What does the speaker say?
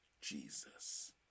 Jesus